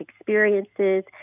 experiences